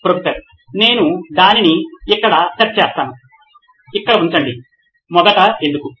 professor నేను దానిని ఇక్కడ సెట్ చేస్తాను ఇక్కడ ఉంచండి మొదట "ఎందుకు"